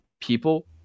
people